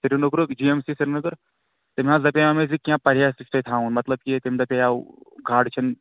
سریٖنگرُک G M C Srinagar تٔمۍ حظ دَپیو مےٚ زِ کینٛہہ پرہَیز تۄہہِ تھاوُن مطلب کہِ تٔمۍ دَپیو گاڈٕ چھَنہٕ